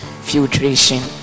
filtration